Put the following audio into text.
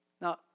Now